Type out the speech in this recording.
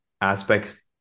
aspects